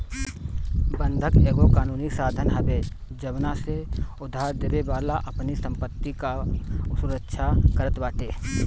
बंधक एगो कानूनी साधन हवे जवना से उधारदेवे वाला अपनी संपत्ति कअ सुरक्षा करत बाटे